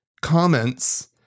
comments